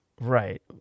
Right